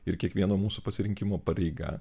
ir kiekvieno mūsų pasirinkimo pareiga